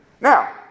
Now